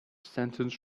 sentence